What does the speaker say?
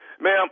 Ma'am